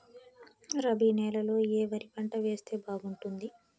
రబి నెలలో ఏ వరి పంట వేస్తే బాగుంటుంది